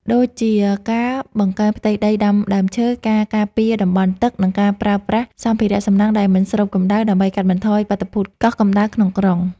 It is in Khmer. ដូចជាការបង្កើនផ្ទៃដីដាំដើមឈើ ការការពារតំបន់ទឹក និងការប្រើប្រាស់សម្ភារៈសំណង់ដែលមិនស្រូបកម្ដៅ ដើម្បីកាត់បន្ថយបាតុភូតកោះកម្ដៅក្នុងក្រុង។